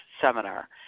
seminar